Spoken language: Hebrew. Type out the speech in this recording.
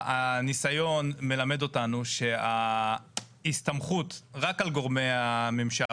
הניסיון מלמד אותנו שההסתמכות רק על גורמי הממשל,